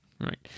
Right